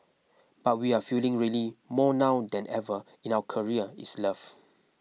but we are feeling really more now than ever in our career is love